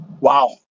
Wow